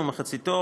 ומחציתו,